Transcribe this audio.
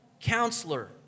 counselor